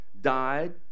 died